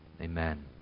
Amen